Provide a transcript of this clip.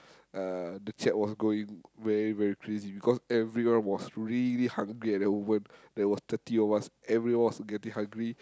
uh the chat was going very very crazy because everyone was really hungry at that moment there was thirty of us everyone of us was getting hungry